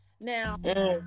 Now